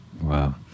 Wow